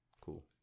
Cool